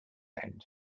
end